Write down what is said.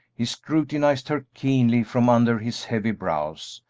he scrutinized her keenly from under his heavy brows,